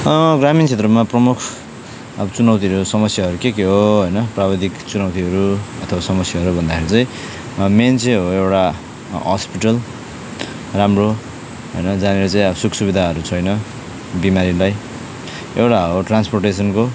ग्रामीण क्षेत्रमा प्रमुख अब चुनौतीहरू समस्याहरू के के हो होइन प्राविधिक चुनौतीहरू अथवा समस्याहरू भन्दाखेरि चाहिँ मेन चाहिँ हो एउटा हस्पिटल राम्रो र जहाँनिर चाहिँ अब सुख सुविधाहरू छैन बिमारीलाई एउटा हो ट्रान्सपोर्टेसनको